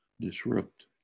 disrupt